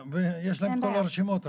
יש להם את כל הרשימות הרי.